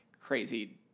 crazy